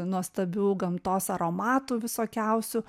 nuostabių gamtos aromatų visokiausių